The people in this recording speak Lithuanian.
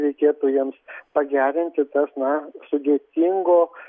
reikėtų jiems pagerinti tas na sudėtingo